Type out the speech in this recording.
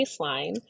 baseline